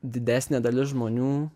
didesnė dalis žmonių